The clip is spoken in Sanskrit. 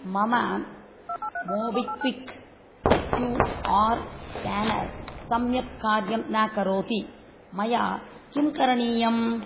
मम MobiKwik Q R scanner सम्यक् कार्यं न करोति मया किं करणीयम्